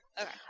Okay